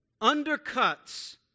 undercuts